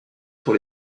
sur